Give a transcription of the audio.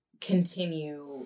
continue